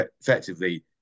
effectively